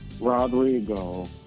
Rodrigo